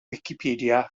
wicipedia